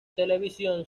televisión